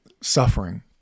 suffering